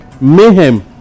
Mayhem